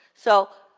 so,